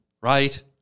right